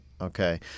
Okay